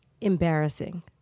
embarrassing